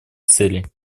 целей